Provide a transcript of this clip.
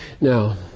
Now